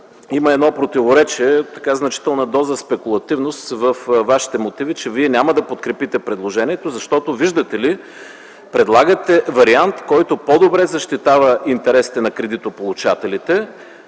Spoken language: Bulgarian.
има едно противоречие, значителна доза спекулативност във Вашите мотиви, че Вие няма да подкрепите предложението, защото, виждате ли, предлагате вариант, който по добре защитава интересите на кредитополучателите,